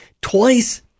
Twice